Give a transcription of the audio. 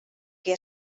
que